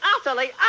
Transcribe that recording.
utterly